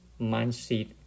mindset